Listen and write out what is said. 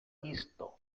isto